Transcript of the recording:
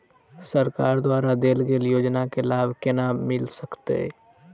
सरकार द्वारा देल गेल योजना केँ लाभ केना मिल सकेंत अई?